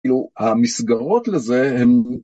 כאילו, המסגרות לזה הן...